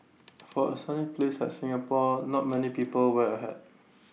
for A sunny place like Singapore not many people wear A hat